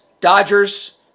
Dodgers